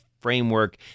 framework